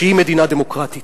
שהיא מדינה דמוקרטית.